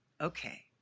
okay